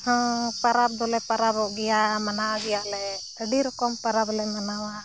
ᱦᱮᱸ ᱯᱟᱨᱟᱵᱽ ᱫᱚᱞᱮ ᱯᱟᱨᱟᱵᱚᱜ ᱜᱮᱭᱟ ᱢᱟᱱᱟᱣ ᱜᱮᱭᱟᱞᱮ ᱟᱹᱰᱤ ᱨᱚᱠᱚᱢ ᱯᱟᱨᱟᱵᱽ ᱞᱮ ᱢᱟᱱᱟᱣᱟ